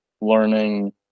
learning